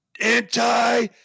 anti